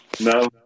No